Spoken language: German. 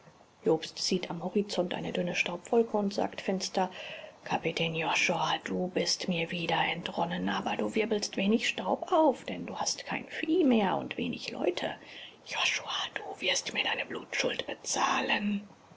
jobst sieht am horizont eine dünne staubwolke und sagt finster kapitän josua du bist mir wieder entronnen aber du wirbelst wenig staub auf denn du hast kein vieh mehr und wenig leute josua du wirst mir deine blutschuld bezahlen